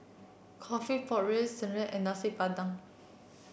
coffee Pork Ribs serunding and Nasi Padang